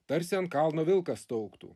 tarsi ant kalno vilkas staugtų